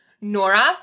Nora